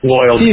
loyal